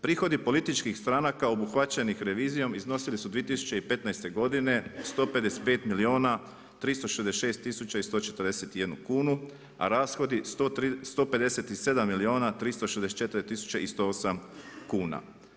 Prihodi političkih stranaka obuhvaćenih revizijom, iznosili su 2015. godine 155 milijuna 366 tisuća i 141 kunu, a rashodi 157 milijuna 364 tisuće i 108 kuna.